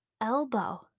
elbow